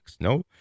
No